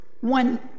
One